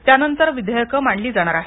त्यानंतर विधेयकं मांडली जाणार आहेत